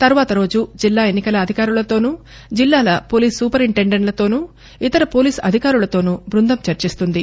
తర్వాత రోజు జిల్లా ఎన్నికల అధికారులతోనూ జిల్లాల పోలీసు సూపరింటెండెంట్లతోనూ ఇతర పోలీసు అధికారులతోనూ బృందం చర్చిస్తుంది